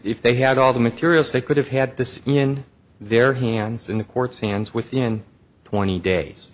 if they had all the materials they could have had this in their hands in the courts hands within twenty days